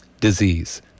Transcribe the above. disease